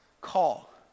call